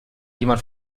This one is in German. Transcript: jemand